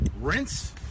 Rinse